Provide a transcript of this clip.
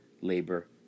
labor